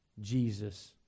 Jesus